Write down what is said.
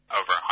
over